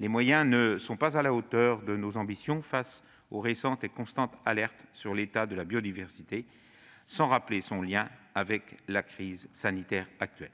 Les moyens ne sont pas à la hauteur de nos ambitions face aux récentes et constantes alertes sur l'état de la biodiversité, sans rappeler son lien avec la crise sanitaire actuelle.